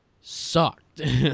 sucked